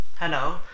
Hello